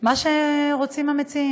מה שרוצים המציעים.